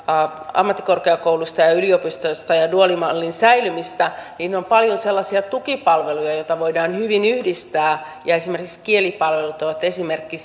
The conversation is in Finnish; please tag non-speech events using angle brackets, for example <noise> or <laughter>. ammattikorkeakouluihin ja ja yliopistoihin ja duaalimallin säilymistä niin on paljon sellaisia tukipalveluja joita voidaan hyvin yhdistää esimerkiksi kielipalvelut ovat esimerkki <unintelligible>